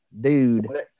dude